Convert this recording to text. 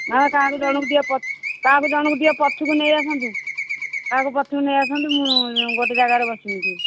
ନହେଲେ କାହାକୁ ଜଣକୁ ଟିକେ କାହାକୁ ଜଣକୁ ଟିକେ ପଛକୁ ନେଇ ଆସନ୍ତୁ କାହାକୁ ପଛକୁ ନେଇ ଆସନ୍ତୁ ମୁଁ ଗୋଟେ ଜାଗାରେ ବସିବି ସେଇଠି